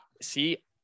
see